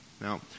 Now